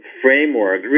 framework